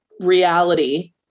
reality